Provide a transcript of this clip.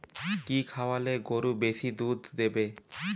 কি খাওয়ালে গরু বেশি দুধ দেবে?